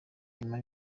nyuma